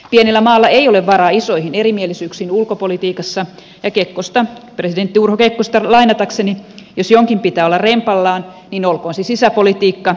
pienellä maalla ei ole varaa isoihin erimielisyyksiin ulkopolitiikassa ja presidentti urho kekkosta lainatakseni jos jonkin pitää olla rempallaan niin olkoon se sisäpolitiikka